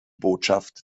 botschaft